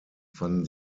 fanden